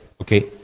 Okay